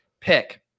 pick